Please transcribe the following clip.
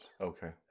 Okay